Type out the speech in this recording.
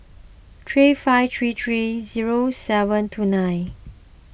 three five three three zero seven two nine